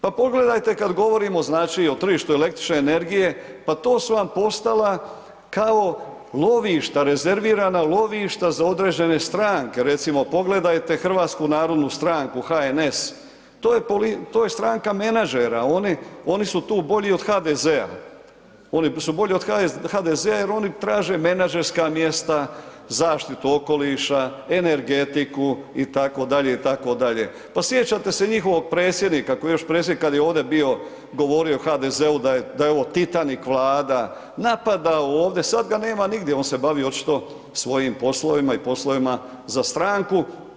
Pa pogledajte kada govorimo znači o tržištu električne energije, pa to su vam postala kao lovišta, rezervirana lovišta za određene stranke recimo pogledajte Hrvatsku narodnu stranku HNS, to je stranka menadžera, oni su tu bolji od HDZ-a, oni su bolji od HDZ-a jer oni traže menadžerska mjesta, zaštitu okoliša, energetiku itd., itd. pa sjećate se njihovog predsjednika, koji je još predsjednik, kada je ovdje bio, govorio HDZ-u, da je ovo Titanik vlada, napadao ovdje, sada ga nema nigdje, on se bavi očito svojim poslovima i poslovima za stranku.